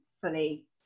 fully